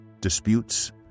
Disputes